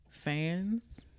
fans